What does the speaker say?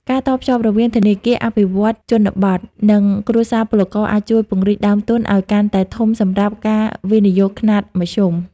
ការតភ្ជាប់រវាង "ធនាគារអភិវឌ្ឍន៍ជនបទ" និងគ្រួសារពលករ អាចជួយពង្រីកដើមទុនឱ្យកាន់តែធំសម្រាប់ការវិនិយោគខ្នាតមធ្យម។